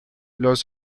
los